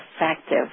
effective